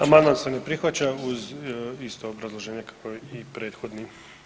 Amandman se ne prihvaća uz isto obrazloženje kao i prethodni.